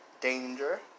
Danger